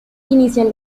inician